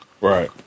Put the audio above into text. right